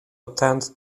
attend